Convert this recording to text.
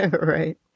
right